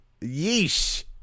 Yeesh